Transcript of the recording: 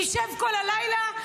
נשב כל הלילה,